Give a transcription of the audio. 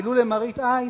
ולו למראית עין,